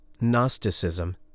Gnosticism